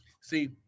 See